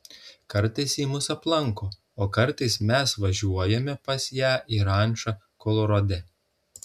kartais ji mus aplanko o kartais mes važiuojame pas ją į rančą kolorade